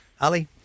Ali